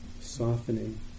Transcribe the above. softening